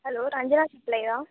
hello Ranjana சப்ளேயரா